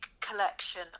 collection